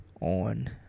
on